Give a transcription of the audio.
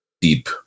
deep